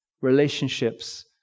relationships